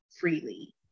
freely